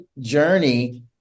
journey